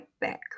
back